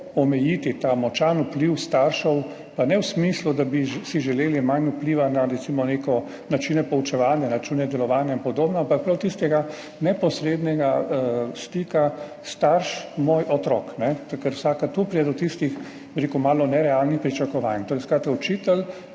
omejiti močan vpliv staršev, pa ne v smislu, da bi si želeli manj vpliva na recimo načine poučevanja, načine delovanja in podobno, ampak prav tistega neposrednega stika starš – moj otrok. Ker tu pride do tistih, bi rekel, malo nerealnih pričakovanj. Skratka, učitelj